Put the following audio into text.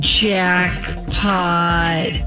jackpot